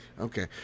Okay